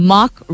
Mark